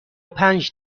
پنج